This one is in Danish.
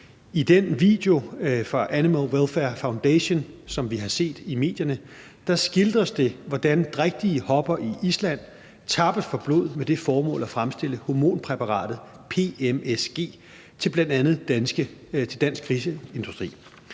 I den video fra Animal Welfare Foundation, som vi har set i medierne, skildres det, hvordan drægtige hopper i Island tappes for blod med det formål at fremstille hormonpræparatet PMSG til bl.a. dansk griseindustri.